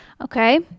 Okay